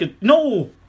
No